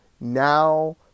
...now